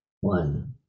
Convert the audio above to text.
One